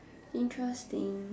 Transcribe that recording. interesting